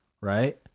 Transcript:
Right